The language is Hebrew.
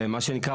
ומה שנקרא,